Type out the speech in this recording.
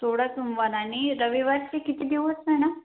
सोळा सोमवार आणि रविवारचे किती दिवस मॅडम